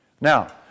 Now